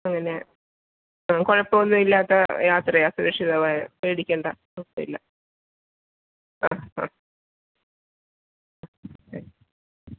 അങ്ങനെ ആ കുഴപ്പമൊന്നും ഇല്ലത്ത യാത്രയാണ് സുരക്ഷിതമായ പേടിക്കണ്ട കുഴപ്പമില്ല ആ ആ ആ ശരി